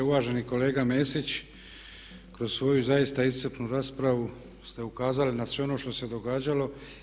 Uvaženi kolega Mesić kroz svoju zaista iscrpnu raspravu ste ukazali na sve ono što se događalo.